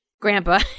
grandpa